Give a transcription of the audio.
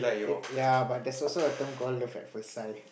it ya but there's also a term called love at first sight